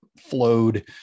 flowed